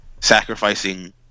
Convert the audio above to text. sacrificing